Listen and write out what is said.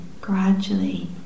gradually